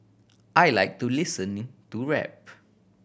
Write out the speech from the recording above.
I like to listening to rap